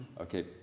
okay